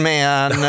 Man